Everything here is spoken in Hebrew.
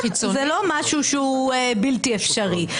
זה לא משהו שהוא בלתי אפשרי.